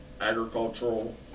agricultural